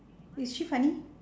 is she funny